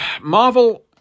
Marvel